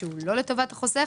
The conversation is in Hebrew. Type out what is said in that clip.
שהוא לא לטובת החוסך.